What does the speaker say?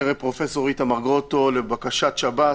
אתם סוגרים את בית המעצר?